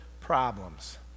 problems